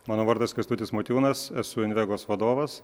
mano vardas kęstutis motiejūnas esu invegos vadovas